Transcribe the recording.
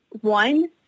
one